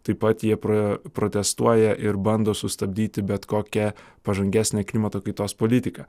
taip pat jie pra protestuoja ir bando sustabdyti bet kokią pažangesnę klimato kaitos politiką